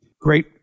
Great